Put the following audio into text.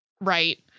Right